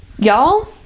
y'all